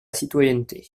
citoyenneté